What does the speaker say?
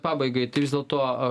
pabaigai tai vis dėlto